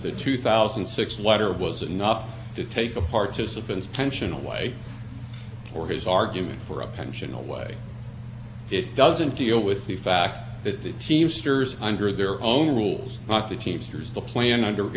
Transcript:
or his argument for a pension away it doesn't deal with the fact that the teamsters under their own rules not the teamsters the plan under its own rules said as a matter of right you have the ability to apply they